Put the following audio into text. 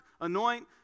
anoint